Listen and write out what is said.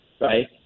right